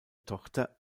tochter